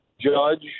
judge